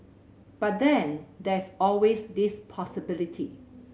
but then there's always this possibility